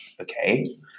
okay